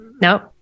No